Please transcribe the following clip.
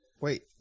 wait